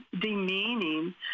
demeaning